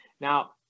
Now